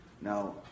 Now